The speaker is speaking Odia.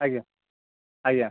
ଆଜ୍ଞା ଆଜ୍ଞା